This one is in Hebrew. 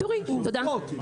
תודה.